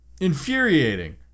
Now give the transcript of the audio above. Infuriating